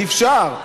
אי-אפשר.